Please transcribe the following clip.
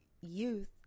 youth